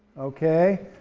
okay,